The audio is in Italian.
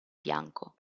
bianco